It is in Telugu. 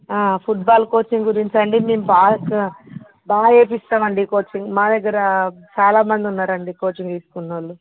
ఫుడ్బాల్ కోచింగ్ గురించా అండి మేము బాగా చె బాగా చెయ్యిస్తామండి కోచింగ్ మా దగ్గర చాలా మంది ఉన్నారండి కోచింగ్ తీసుకున్న వాళ్ళు